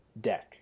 deck